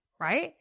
right